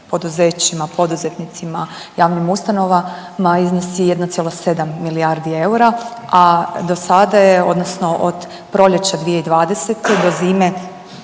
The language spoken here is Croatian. poduzećima, poduzetnicima, javnim ustanovama iznosi 1,7 milijardi eura, a dosada je odnosno od proljeća 2020. do zime